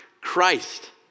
Christ